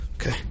Okay